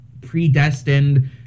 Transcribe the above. predestined